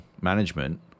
management